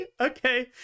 Okay